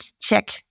check